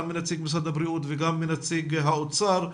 גם מנציג משרד הבריאות וגם מנציג האוצר,